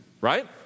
right